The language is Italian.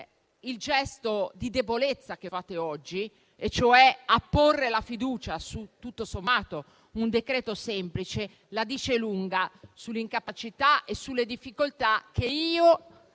Il gesto di debolezza che fate oggi, cioè apporre la fiducia su un decreto-legge tutto sommato semplice, la dice lunga sull'incapacità e sulle difficoltà che per